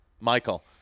michael